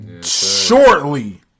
shortly